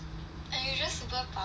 unusual superpower